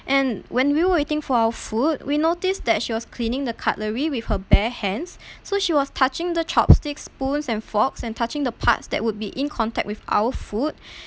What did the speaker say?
and when we waiting for our food we noticed that she was cleaning the cutlery with her bare hands so she was touching the chopsticks spoons and forks and touching the parts that would be in contact with our food